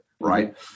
right